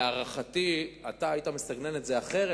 להערכתי אתה היית מסגנן את זה אחרת,